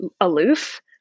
aloof